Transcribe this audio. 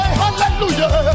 hallelujah